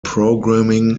programming